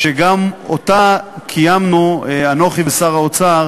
גם אותה קיימנו, אנוכי ושר האוצר,